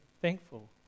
thankful